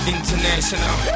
International